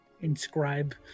inscribe